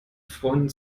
freunden